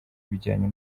ibijyanye